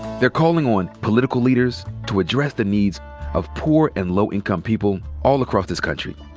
they're calling on political leaders to address the needs of poor and low-income people all across this country.